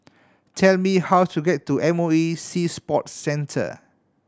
tell me how to get to M O E Sea Sports Centre